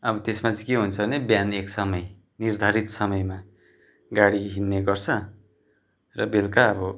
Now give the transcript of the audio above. अब त्यसमा चाहिँ के हुन्छ भने बिहान एक समय निर्धारित समयमा गाडी हिँड्ने गर्छ र बेलुका अब